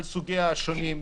על סוגיה השונים,